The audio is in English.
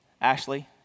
Ashley